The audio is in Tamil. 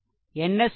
என்ன செய்வது